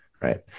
Right